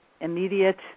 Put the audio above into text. immediate